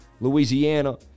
Louisiana